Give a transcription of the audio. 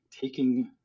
taking